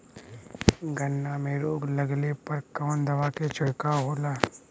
गन्ना में रोग लगले पर कवन दवा के छिड़काव होला?